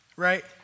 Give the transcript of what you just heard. Right